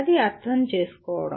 అది అర్థం చేసుకోవడం